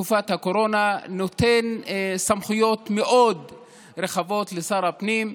בתקופת הקורונה נותן סמכויות מאוד רחבות לשר הפנים,